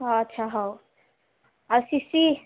ହଁ ଆଚ୍ଛା ହଉ ଆଉ ସି ସି